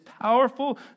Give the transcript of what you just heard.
powerful